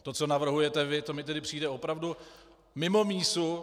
To, co navrhujete vy, to mi tedy přijde opravdu mimo mísu.